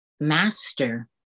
master